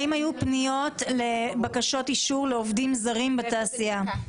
האם היו פניות לבקשות אישור לעובדים זרים בתעשייה?